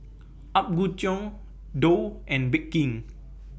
Apgujeong Doux and Bake King